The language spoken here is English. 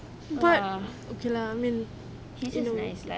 but okay lah I mean no